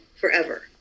forever